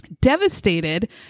devastated